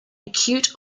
acute